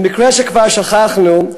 למקרה שכבר שכחנו,